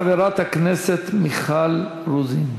חברת הכנסת מיכל רוזין.